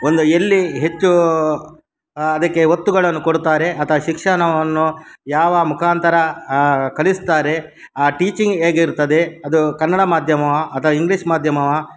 ಒಂದು ಎಲ್ಲಿ ಹೆಚ್ಚು ಅದಕ್ಕೆ ಒತ್ತುಗಳನ್ನು ಕೊಡುತ್ತಾರೆ ಅಥವಾ ಶಿಕ್ಷಣವನ್ನು ಯಾವ ಮುಖಾಂತರ ಕಲಿಸ್ತಾರೆ ಆ ಟೀಚಿಂಗ್ ಹೇಗಿರುತ್ತದೆ ಅದು ಕನ್ನಡ ಮಾಧ್ಯಮವೇ ಅಥವಾ ಇಂಗ್ಲೀಷ್ ಮಾಧ್ಯಮವೇ